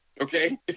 okay